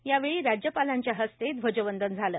यावेळी राज्यपालांच्या हस्ते ध्वजवंदन झालं